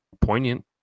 poignant